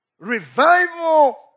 Revival